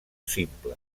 simples